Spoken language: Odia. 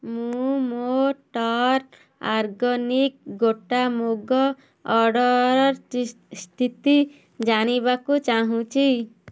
ମୁଁ ମୋ ଟର୍ଣ୍ଣ ଅର୍ଗାନିକ୍ ଗୋଟା ମୁଗ ଅର୍ଡ଼ର୍ର ସ୍ଥିତି ଜାଣିବାକୁ ଚାହୁଁଛି